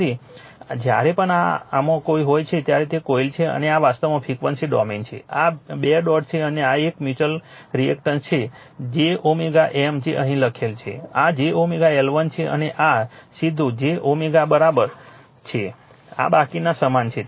તેથી જ્યારે પણ આ આમાં હોય છે ત્યારે તે કોઈલ છે અને આ વાસ્તવમાં ફ્રિક્વન્સી ડોમેન છે જે આ 2 ડોટ છે અને આ એક મ્યુચ્યુઅલ રિએક્ટન્સ છે j M જે અહીં લખેલ છે આ j L1 છે અને આ સીધું j છે બાકીના સમાન છે